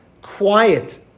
quiet